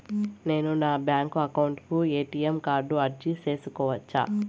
నేను నా bank account కు ఎ.టి.ఎం కార్డు అర్జీ సేసుకోవచ్చా?